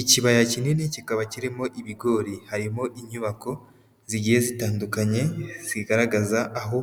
Ikibaya kinini kikaba kirimo ibigori harimo inyubako zigiye zitandukanye zigaragaza aho